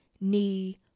knee